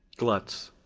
glutz,